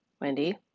Wendy